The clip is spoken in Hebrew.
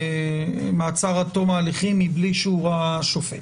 למעצר עד תום ההליכים מבלי שראה שופט.